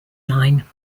line